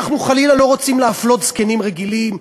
אנחנו חלילה לא רוצים להפלות זקנים רגילים,